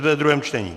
Ve druhém čtení?